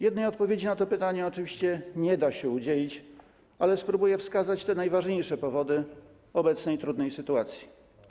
Jednej odpowiedzi na to pytanie oczywiście nie da się udzielić, ale spróbuję wskazać te najważniejsze powody obecnej trudnej sytuacji.